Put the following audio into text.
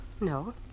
No